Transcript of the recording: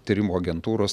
tyrimų agentūros